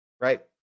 right